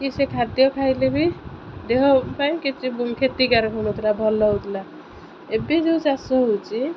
କି ସେ ଖାଦ୍ୟ ଖାଇଲେ ବି ଦେହ ପାଇଁ କିଛି କ୍ଷତିକାରକ ହେଉନଥିଲା ଭଲ ହେଉଥିଲା ଏବେ ଯେଉଁ ଚାଷ ହେଉଛି